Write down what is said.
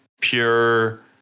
pure